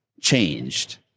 changed